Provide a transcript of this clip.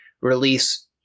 release